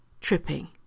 tripping